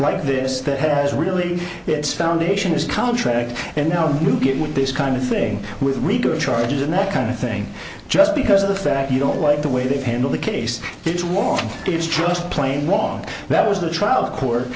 like this that has really its foundation is contract and now we get with this kind of thing with legal charges and that kind of thing just because of the fact you don't like the way they've handled the case it's war it's just plain wrong that was the trial court